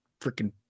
freaking